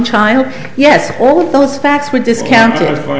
child yes all those facts were discount